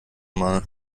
mal